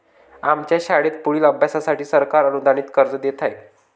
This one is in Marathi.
आमच्या शाळेत पुढील अभ्यासासाठी सरकार अनुदानित कर्ज देत आहे